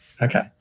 Okay